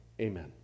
Amen